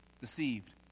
Deceived